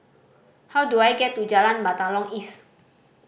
how do I get to Jalan Batalong East